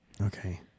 Okay